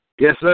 Yes